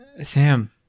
Sam